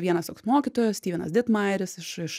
vienas toks mokytojas styvenas ditmaeris iš iš